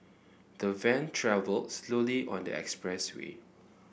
the van travelled slowly on the expressway